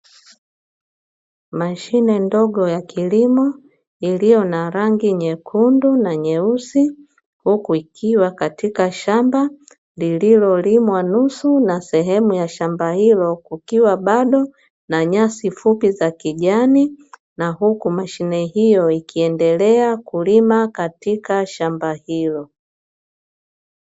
Mashine ndogo ya kilimo iliyo na rangi nyekundu na nyeusi, huku ikiwa katika shamba lililolimwa nusu na sehemu ya shamba hilo kukiwa bado na nyasi fupi za kijani, na huku mashine hiyo ikiendelea kulima katika shamba hilo.